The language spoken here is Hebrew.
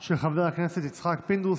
של חבר הכנסת יצחק פינדרוס,